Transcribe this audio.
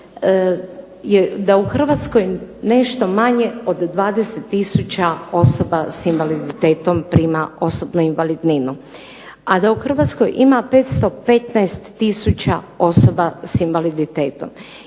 da u Hrvatskoj nešto manje od 20 tisuća osoba s invaliditetom prima osobnu invalidninu. A da u Hrvatskoj ima 515 tisuća osoba s invaliditetom.